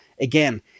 Again